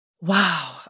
Wow